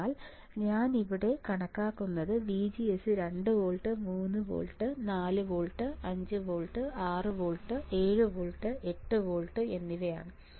അതിനാൽ ഞാൻ ഇവിടെ കണക്കാക്കുന്നത് VGS 2 volt 3 volt 4 volt 5 volt 6 volt 7 volt 8 volt എന്നിവയാണ്